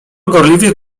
gorliwych